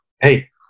hey